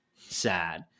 Sad